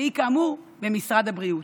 שהיא כאמור במשרד הבריאות.